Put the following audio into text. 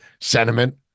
sentiment